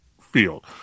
field